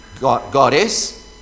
goddess